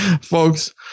folks